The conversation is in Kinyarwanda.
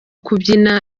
kubyina